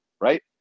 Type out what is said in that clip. right